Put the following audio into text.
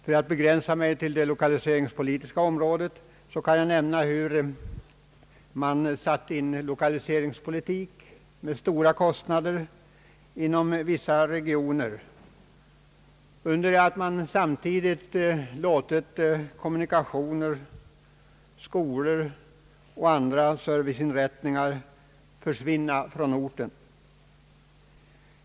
För att begränsa mig till det lokaliseringspolitiska området kan jag nämna att lokaliseringspolitik satts in inom vissa regioner, med stora kostnader, samtidigt som man låtit kommunikationsmedel, skolor och andra serviceinrättningar försvinna från orten.